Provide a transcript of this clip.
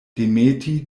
demeti